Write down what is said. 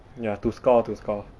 ya to score to score